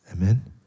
Amen